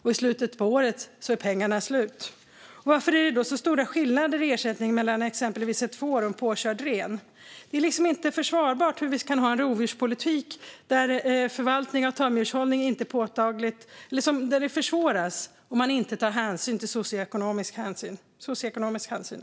I slutet av året är pengarna slut.